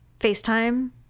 FaceTime